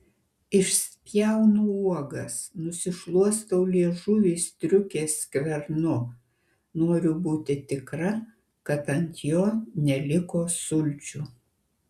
išspjaunu uogas nusišluostau liežuvį striukės skvernu noriu būti tikra kad ant jo neliko sulčių